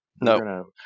No